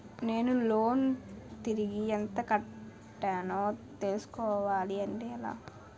నేను లోన్ తిరిగి ఎంత కట్టానో తెలుసుకోవాలి అంటే ఎలా?